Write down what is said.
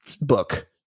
book